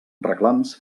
reclams